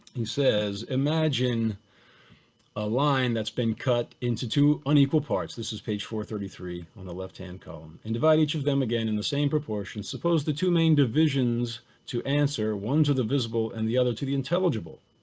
he says, imagine a line that's been cut into two unequal parts. this is page four hundred and thirty three on the left hand column. and divide each of them again in the same proportion. suppose the two main divisions to answer one to the visible and the other to the intelligible,